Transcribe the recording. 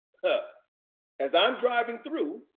but as i'm driving through,